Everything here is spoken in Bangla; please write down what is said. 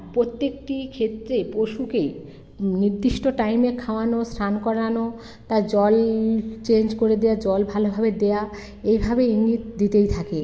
প্রত্যেকটি ক্ষেত্রে পশুকেই নির্দিষ্ট টাইমে খাওয়ানো স্নান করানো তার জল চেঞ্জ করে দেওয়া জল ভালোভাবে দেওয়া এইভাবে ইঙ্গিত দিতেই থাকে